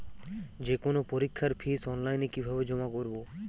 যে কোনো পরীক্ষার ফিস অনলাইনে কিভাবে জমা করব?